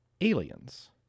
aliens